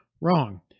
Wrong